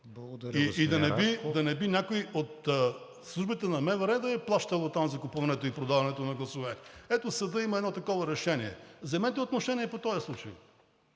И да не би някой от службите на МВР да е плащал оттам купуването и продаването на гласове? Ето, съдът има едно такова решение. Вземете отношение по този случай.